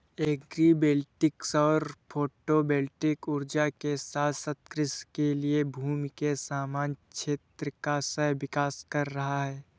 agri voltaic सौर photovoltaic ऊर्जा के साथ साथ कृषि के लिए भूमि के समान क्षेत्र का सह विकास कर रहा है